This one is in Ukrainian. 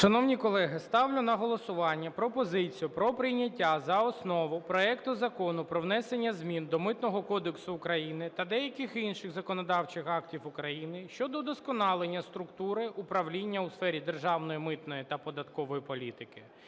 Шановні колеги, ставлю на голосування пропозицію про прийняття за основу проекту Закону про внесення змін до Митного кодексу України та деяких інших законодавчих актів України щодо удосконалення структури управління у сфері державної митної та податкової політики